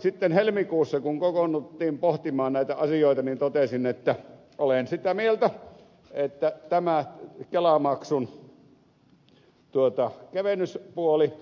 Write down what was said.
sitten helmikuussa kun kokoonnuttiin pohtimaan näitä asioita totesin olevani sitä mieltä että tämä kelamaksun kevennyspuoli